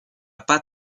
pas